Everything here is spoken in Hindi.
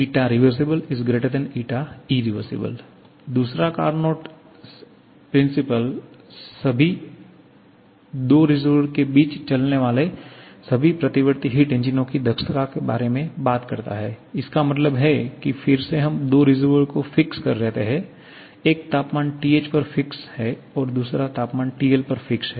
rev irr दूसरा कार्नोट सिद्धांत सभी दो रिसर्वोयर के बीच चलने वाले सभी प्रतिवर्ती हिट इंजनों की दक्षता के बारे में बात करता है इसका मतलब है कि फिर से हम दो रिसर्वोयर को फिक्स कर रहे हैं एक तापमान TH पर फिक्स है और दूसरा तापमान TL पर फिक्स है